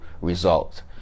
result